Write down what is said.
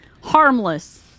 Harmless